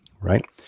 Right